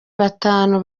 batanu